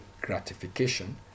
gratification